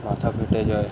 মাথা ফেটে যায়